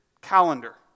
calendar